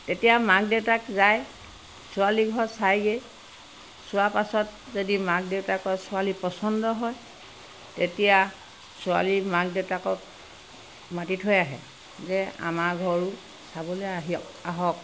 তেতিয়া মাক দেউতাক যায় ছোৱালীঘৰ চায়গৈ চোৱাৰ পাছত যদি মাক দেউতাকৰ ছোৱালী পচন্দ হয় তেতিয়া ছোৱালীৰ মাক দেউতাকক মাতি থৈ আহে যে আমাৰ ঘৰো চাবলৈ আহক আহক